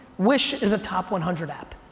wish is a top one hundred app.